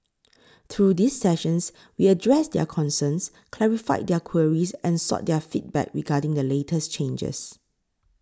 through these sessions we addressed their concerns clarified their queries and sought their feedback regarding the latest changes